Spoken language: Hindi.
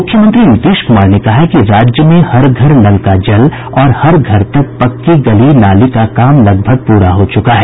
मुख्यमंत्री नीतीश कुमार ने कहा है कि राज्य में हर घर नल का जल और हर घर तक पक्की गली नाली का काम लगभग प्ररा हो चुका है